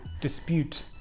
dispute